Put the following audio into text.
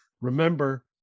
remember